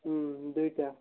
ହୁଁ ଦୁଇଟା